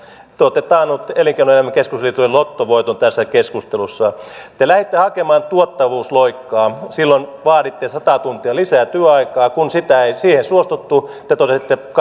te olette taannut elinkeinoelämän keskusliitolle lottovoiton tässä keskustelussa te lähditte hakemaan tuottavuusloikkaa silloin vaaditte sataa tuntia lisää työaikaa kun siihen ei suostuttu te totesitte